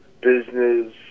business